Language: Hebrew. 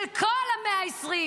של כל ה-120,